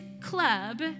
club